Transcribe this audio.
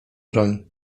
broń